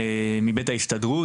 מבית ההסתדרות,